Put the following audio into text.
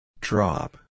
Drop